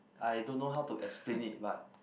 I don't know how to explain it but